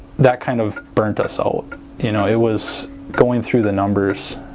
that kind of burned us out you know it was going through the numbers